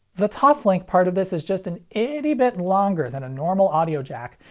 the toslink part of this is just an itty bit longer than a normal audio jack,